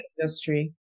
industry